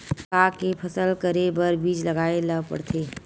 का के फसल करे बर बीज लगाए ला पड़थे?